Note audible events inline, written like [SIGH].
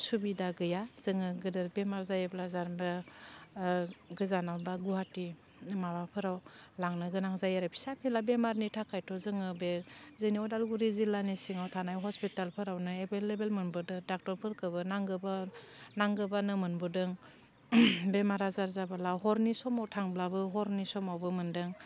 सुबिदा गैया जोङो गोदोर बेमार जायोब्ला [UNINTELLIGIBLE] गोजानाव बा गवाहाटी माबाफोराव लांनो गोनां जायो आरो फिसा फेनला बेमारनि थाखाथ' जोङो बे जोंनि अदालगुरि जिल्लानि सिङाव थानाय हस्पिटालफोरावनो एभेललेबेल मोनबोदों डाक्टरफोरखौबो नांगोबा नांगोबानो मोनबोदों बेमार आजार जाबोला हरनि समाव थांब्लाबो हरनि समावबो मोन्दों